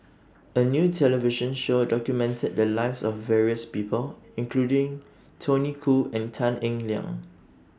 A New television Show documented The Lives of various People including Tony Khoo and Tan Eng Liang